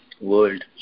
world